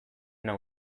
nau